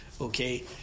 Okay